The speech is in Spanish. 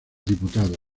diputados